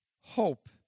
Hope